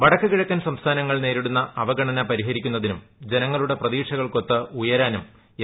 വടക്കുകിഴക്കൻ സംസ്ഥാനങ്ങൾ നേരിടുന്ന അവഗണന പരിഹരിക്കുന്നതിനും ജനങ്ങളുടെ പ്രതീക്ഷകൾക്കൊത്ത് ഉയരാനും എൻ